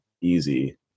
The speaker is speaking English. easy